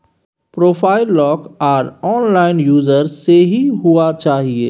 profile lock आर unlock user से ही हुआ चाहिए